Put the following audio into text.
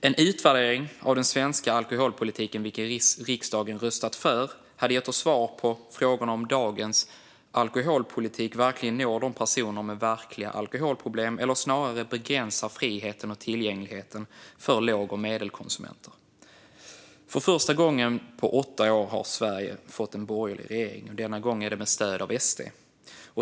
En utvärdering av den svenska alkoholpolitiken, något som riksdagen röstat för, hade gett oss svar på frågan om dagens alkoholpolitik verkligen når personer med verkliga alkoholproblem eller om den snarare begränsar friheten och tillgängligheten för låg och medelkonsumenter. För första gången på åtta år har Sverige fått en borgerlig regering, denna gång med stöd av SD.